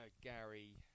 Gary